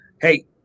hey